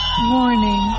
warning